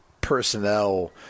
personnel